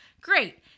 Great